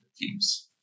teams